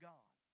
God